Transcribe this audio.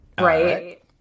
Right